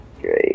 great